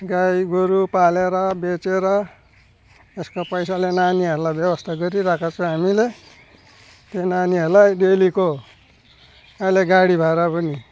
गाईगोरु पालेर बेचेर यसको पैसाले नानीहरूलाई व्यवस्था गरिराको छु हामीले त्यो नानीहरूलाई डेलीको अहिले गाडी भाडा पनि